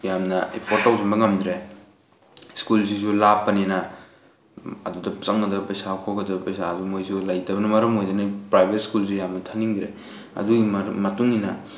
ꯌꯥꯝꯅ ꯏꯐꯣꯔꯠ ꯇꯧꯁꯤꯟꯕ ꯉꯝꯗ꯭ꯔꯦ ꯁ꯭ꯀꯨꯜꯁꯤꯁꯨ ꯂꯥꯞꯄꯅꯤꯅ ꯑꯗꯨꯗ ꯆꯪꯒꯗꯕ ꯄꯩꯁꯥ ꯈꯣꯠꯀꯗꯕ ꯄꯩꯁꯥ ꯑꯗꯨ ꯃꯣꯏꯁꯨ ꯂꯩꯇꯕꯅ ꯃꯔꯝ ꯑꯣꯏꯗꯨꯅ ꯄ꯭ꯔꯥꯏꯚꯦꯠ ꯁ꯭ꯀꯨꯜꯁꯨ ꯌꯥꯝꯅ ꯊꯥꯅꯤꯡꯗ꯭ꯔꯦ ꯑꯗꯨꯏ ꯃꯇꯨꯡ ꯏꯟꯅ